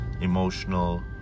emotional